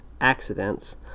accidents